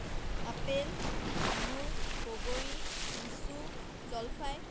apple আঙুৰ বগৰী লিচু জলফাই